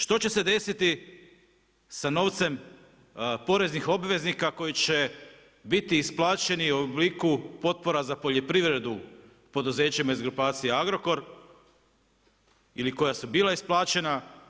Što će se desiti sa novcem poreznih obveznika, koji će biti isplaćeni u obliku potpora za poljoprivredu poduzećima iz grupacije Agrokor, ili koja su bila isplaćena.